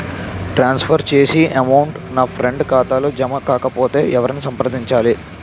ట్రాన్స్ for చేసిన amount నా friend ఖాతాలో జమ కాకపొతే ఎవరిని సంప్రదించాలి?